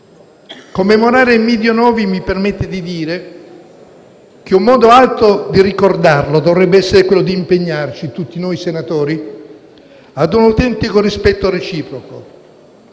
Commemorare Emiddio Novi mi permette di dire che un modo alto di ricordarlo dovrebbe essere quello di impegnarci, tutti noi senatori, ad un autentico rispetto reciproco,